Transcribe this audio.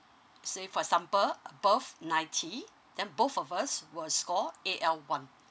say for example above ninety then both of us will score A_L one